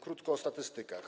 Krótko o statystykach.